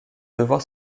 devoir